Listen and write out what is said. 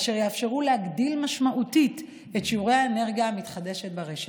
אשר יאפשרו להגדיל משמעותית את שיעורי האנרגיה המתחדשת ברשת.